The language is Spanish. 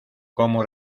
como